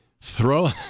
Throw